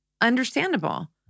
Understandable